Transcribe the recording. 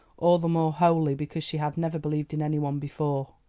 all the more wholly because she had never believed in any one before.